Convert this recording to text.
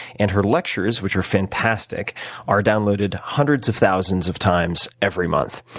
and her lectures which are fantastic are downloaded hundreds of thousands of times every month.